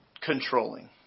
controlling